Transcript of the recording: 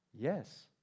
yes